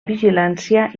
vigilància